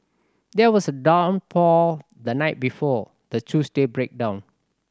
there was a downpour the night before the Tuesday breakdown